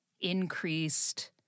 increased